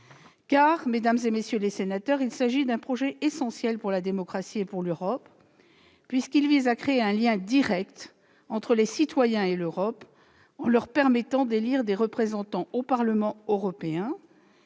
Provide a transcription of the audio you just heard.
Mesdames, messieurs les sénateurs, ce projet est essentiel pour la démocratie et pour l'Europe, puisqu'il vise à créer un lien direct entre les citoyens et l'Europe en leur permettant d'élire des représentants au Parlement européen